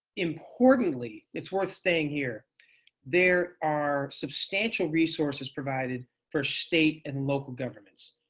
importantly, it's worth saying here there are substantial resources provided for state and local governments.